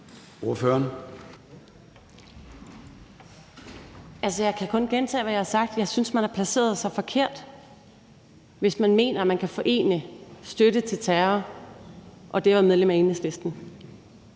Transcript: jeg kan kun gentage, hvad jeg har sagt, nemlig at jeg synes, at man har placeret sig forkert, hvis man mener, at man kan forene støtte til terror og det at være medlem af Enhedslisten.